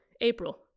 April